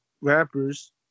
rappers